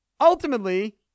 ultimately